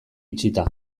itxita